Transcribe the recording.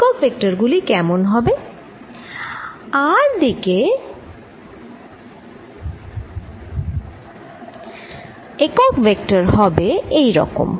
r দিকেকম্প একক vector হবে এই রকম